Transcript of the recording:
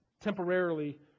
temporarily